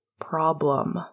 Problem